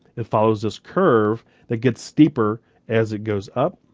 it follows this curve that gets steeper as it goes up.